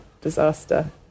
disaster